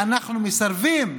אנחנו מסרבים